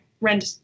rent